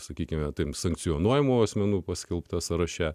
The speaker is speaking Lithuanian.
sakykime taip sankcionuojamų asmenų paskelbta sąraše